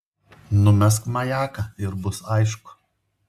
numesk majaką ir bus aišku